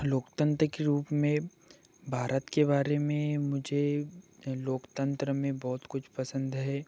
लोकतंत्र के रूप में भारत के बारे में मुझे अ लोकतंत्र में बहुत कुछ पसंद है